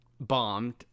bombed